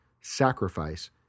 sacrifice